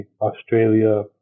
australia